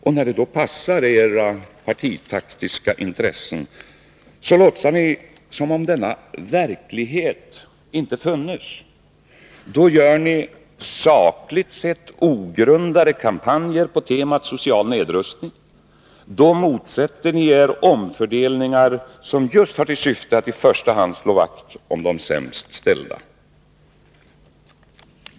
Men när det passar era partitaktiska intressen låtsas ni som om denna verklighet inte funnes. Då genomför ni sakligt sett ogrundade kampanjer på temat social nedrustning. Då motsätter ni er omfördelningar som har till syfte just att slå vakt om de sämst ställda.